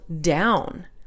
down